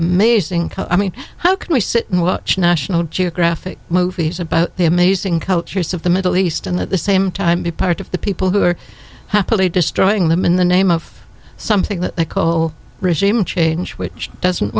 amazing i mean how can we sit and watch national geographic movies about the amazing cultures of the middle east and at the same time be part of the people who are happily destroying them in the name of something that they call regime change which doesn't